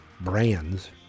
brands